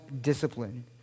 discipline